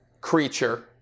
creature